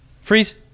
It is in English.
Freeze